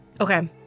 Okay